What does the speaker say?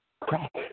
crack